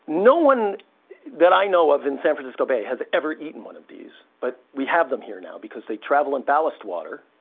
no one that i know of in san francisco bay has ever eaten one of these, but we have them here now because they travel in ballast water.